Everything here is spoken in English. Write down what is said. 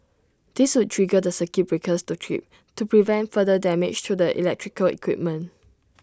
this would trigger the circuit breakers to trip to prevent further damage to the electrical equipment